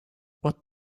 what